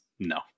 No